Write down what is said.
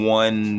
one